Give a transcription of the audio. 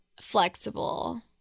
flexible